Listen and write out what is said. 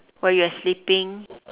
while you are sleeping